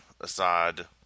Assad